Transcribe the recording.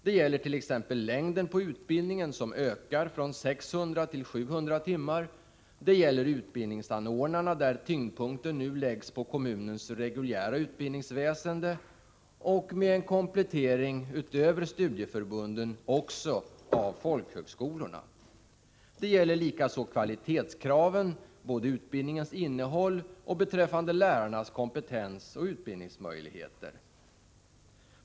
Det gäller t.ex. längden på utbildningen, som ökar från 600 till 700 timmar och det gäller utbildningsanordnarna, där tyngdpunkten nu läggs på kommunens reguljära utbildningsväsende och, med en komplettering, utöver studieförbunden också av folkhögskolorna. Det gäller likaså kvalitetskraven, både beträffande utbildningens innehåll och beträffande lärarnas kompetens och utbildningsmöjligheter.